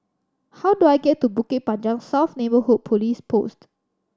how do I get to Bukit Panjang South Neighbourhood Police Post